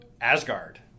Asgard